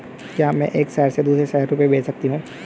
क्या मैं एक शहर से दूसरे शहर रुपये भेज सकती हूँ?